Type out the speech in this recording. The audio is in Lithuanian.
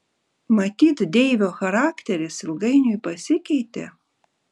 matyt deivio charakteris ilgainiui pasikeitė